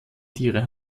tiere